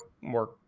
more